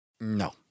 No